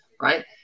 Right